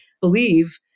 believe